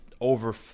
over